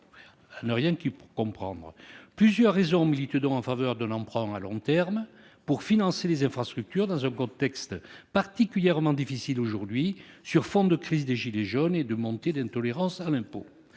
à n'y rien comprendre ! Plusieurs raisons militent donc en faveur de la levée d'un emprunt à long terme pour financer les infrastructures dans un contexte particulièrement difficile, sur fond de crise des « gilets jaunes » et de montée de l'intolérance à l'impôt.